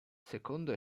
secondo